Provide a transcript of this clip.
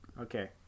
Okay